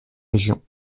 région